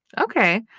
Okay